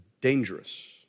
dangerous